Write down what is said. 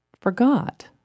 forgot